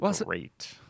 great